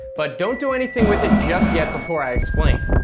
but don't do anything with it just yet before i explain.